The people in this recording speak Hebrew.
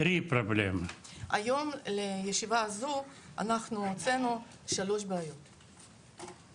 היום לישיבה הזו אנחנו הוצאנו שלוש בעיות,